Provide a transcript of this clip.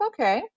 Okay